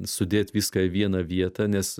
sudėt viską į vieną vietą nes